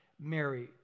Mary